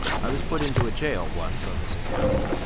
i was put into a jail once on this account,